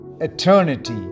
eternity